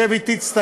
שב אתי ותסתכל,